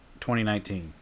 2019